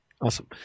Awesome